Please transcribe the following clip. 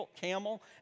camel